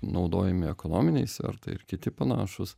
naudojami ekonominiai svertai ir kiti panašūs